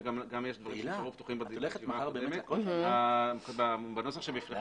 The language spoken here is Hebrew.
יש גם דברים שנשארו פתוחים ובנוסח בפניכם